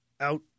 out